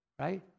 right